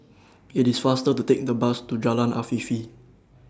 IT IS faster to Take The Bus to Jalan Afifi